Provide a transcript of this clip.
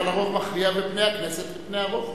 אבל הרוב מכריע ופני הכנסת הם פני הרוב.